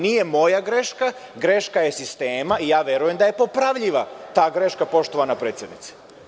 Nije moja greška, greška je sistema i verujem da je popravljiva ta greška, poštovana predsednice.